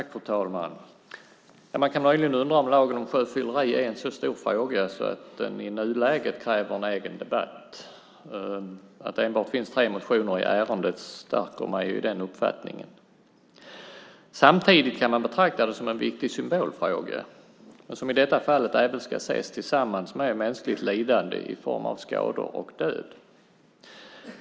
Fru talman! Man kan möjligen undra om lagen om sjöfylleri är en så stor fråga att den i nuläget kräver en egen debatt. Att det enbart finns tre motioner i ärendet stärker mig i den uppfattningen. Samtidigt kan man betrakta det som en viktig symbolfråga men som i detta fall även ska ses tillsammans med mänskligt lidande i form av skador och död.